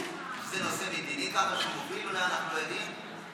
זה נושא מדיני ככה שהוא מוביל ואנחנו לא יודעים?